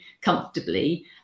comfortably